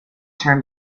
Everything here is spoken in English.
term